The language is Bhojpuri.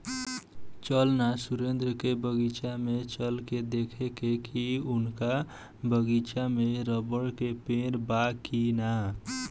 चल ना सुरेंद्र के बगीचा में चल के देखेके की उनका बगीचा में रबड़ के पेड़ बा की ना